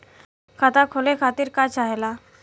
खाता खोले खातीर का चाहे ला?